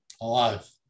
alive